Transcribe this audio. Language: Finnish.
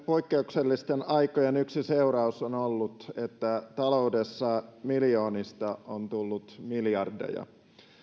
poikkeuksellisten aikojen yksi seuraus on ollut että taloudessa miljoonista on tullut miljardeja